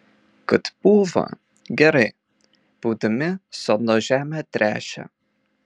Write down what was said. kad pūva gerai pūdami sodno žemę tręšia